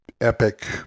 epic